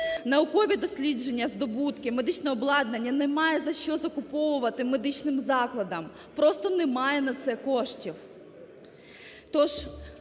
Наукові дослідження, здобутки, медичне обкладання немає за що закуповувати медичним закладам, просто немає на це коштів. Тож